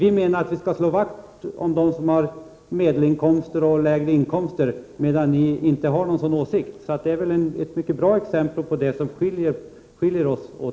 Vi menar att vi skall slå vakt om dem som har medelinkomster och lägre inkomster, medan ni inte har en sådan åsikt. Det är väl ett mycket bra exempel på det som skiljer oss åt.